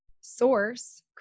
source